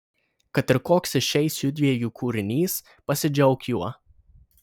kad ir koks išeis judviejų kūrinys pasidžiauk juo